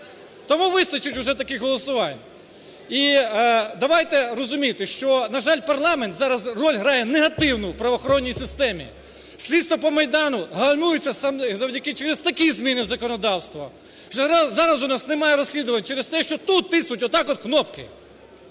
Тому вистачить вже таких голосувань. І давайте розуміти, що, на жаль, парламент зараз роль грає негативну в правоохоронній системі. Слідство по Майдану гальмується саме завдяки через такі зміни законодавства. Зараз у нас немає розслідувань, через те, що тут тиснуть отак от кнопки.